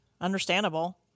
Understandable